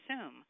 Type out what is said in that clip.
assume